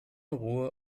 ruhe